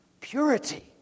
Purity